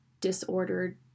disordered